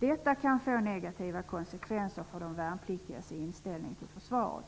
Det kan få negativa konsekvenser för de värnpliktigas inställning till försvaret.